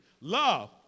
Love